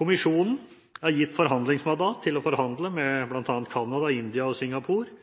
Kommisjonen er gitt forhandlingsmandat til å forhandle med bl.a. Canada, India og